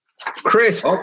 chris